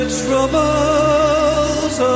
troubles